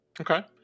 Okay